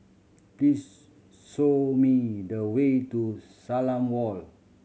please show me the way to Salam Walk